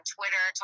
Twitter